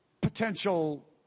potential